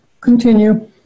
Continue